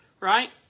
right